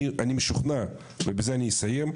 אני משוכנע ובזה אני אסיים,